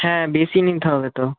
হ্যাঁ বেশি নিতে হবে তো